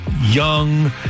young